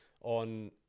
on